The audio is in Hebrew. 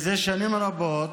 מזה שנים רבות